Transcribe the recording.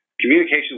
Communication